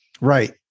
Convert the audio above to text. Right